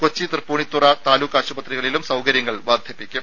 കൊച്ചി തൃപ്പൂണിത്തറ താലൂക്ക് ആശുപത്രികളിലും സൌകര്യങ്ങൾ വർധിപ്പിക്കും